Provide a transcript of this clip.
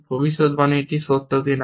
ভবিষ্যদ্বাণীটি সত্য কিনা